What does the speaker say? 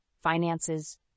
finances